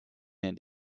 and